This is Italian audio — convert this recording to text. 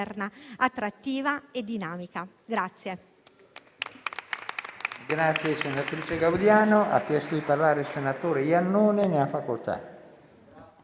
Grazie